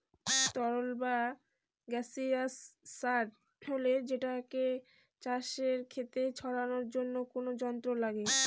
তরল বা গাসিয়াস সার হলে সেটাকে চাষের খেতে ছড়ানোর জন্য কোনো যন্ত্র লাগে